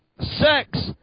sex